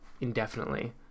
indefinitely